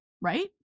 right